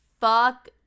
fuck